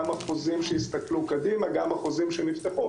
גם החוזים קדימה וגם החוזים שנפתחו